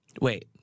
Wait